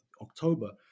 October